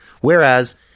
Whereas